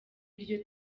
iryo